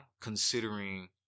considering